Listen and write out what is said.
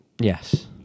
Yes